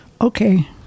Okay